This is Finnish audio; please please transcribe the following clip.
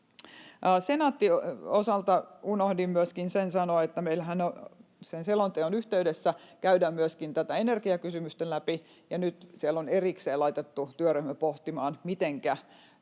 Senaatin osalta unohdin myöskin sen sanoa, että meillähän sen selonteon yhteydessä käydään myöskin tätä energiakysymystä läpi, ja nyt siellä on erikseen laitettu työryhmä pohtimaan,